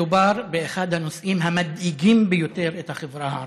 מדובר באחד הנושאים המדאיגים ביותר את החברה הערבית,